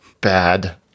bad